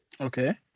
Okay